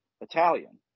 Italian